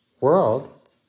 world